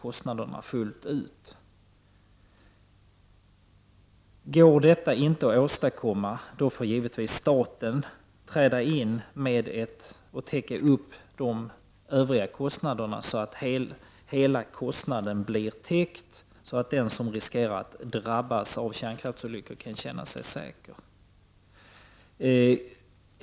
Om detta inte går att åstadkomma får staten givetvis träda in för att täcka de övriga kostnaderna, så att den som riskerar att drabbas av kärnkraftsolyckor kan känna sig säker.